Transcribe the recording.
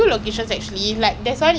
but is it nice though like